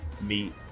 meet